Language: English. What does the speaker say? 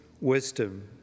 wisdom